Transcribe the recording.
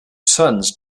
sons